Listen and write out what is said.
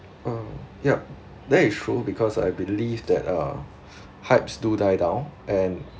uh yup that is true because I believe that uh hypes do die down and